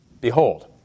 Behold